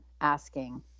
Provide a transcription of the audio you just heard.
asking